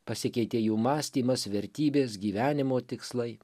pasikeitė jų mąstymas vertybės gyvenimo tikslai